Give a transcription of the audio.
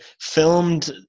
filmed